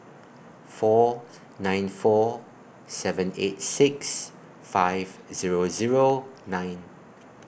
four nine four seven eight six five Zero Zero nine